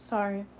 Sorry